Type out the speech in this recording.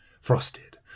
frosted